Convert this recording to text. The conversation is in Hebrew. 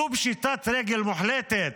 זו פשיטת רגל מוחלטת.